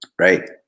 right